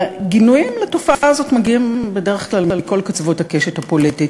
הגינויים של התופעה הזאת מגיעים בדרך כלל מכל קצוות הקשת הפוליטית,